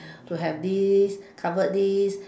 to have this covered this